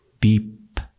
Beep